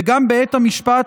וגם בעת המשפט,